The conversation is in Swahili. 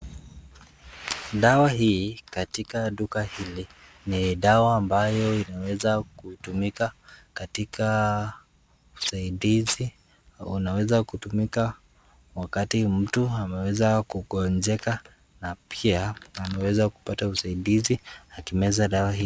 Dawa hii katika duka hili ni dawa ambayo inaweza kutumika katika usaidizi, unaweza kutumika wakati mtu amegonjeka na pia anaweza kupata usaidizi akimeza dawa hii.